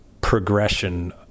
progression